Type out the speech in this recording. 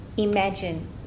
imagine